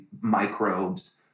microbes